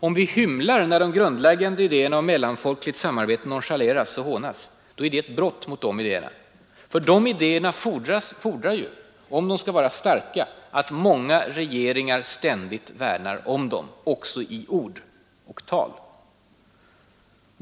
Om vi hymlar, när de grundläggande idéerna om mellanfolkligt samarbete nonchaleras och hånas, är det ett brott mot de idéerna. De fordrar, om de skall vara starka, att många regeringar ständigt värnar om dem också i ord och tal.